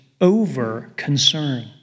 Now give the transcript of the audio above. over-concern